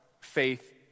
faith